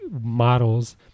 models